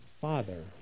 Father